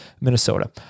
Minnesota